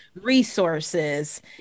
resources